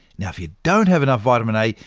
yeah if you don't have enough vitamin a,